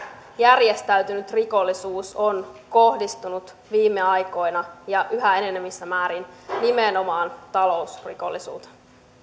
järjestäytynyt rikollisuus on kohdistunut viime aikoina ja yhä enenevässä määrin nimenomaan talousrikollisuuteen